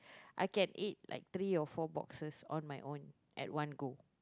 I can eat like three or four boxes on my own at one go